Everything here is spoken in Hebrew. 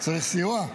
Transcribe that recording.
צריך סיוע?